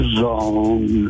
zone